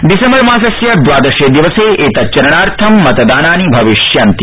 December मासस्य दवादशे दिवसे एतच्चरणार्थ मतदानानि भविष्यन्ति